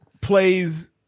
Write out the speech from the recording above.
Plays